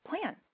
plan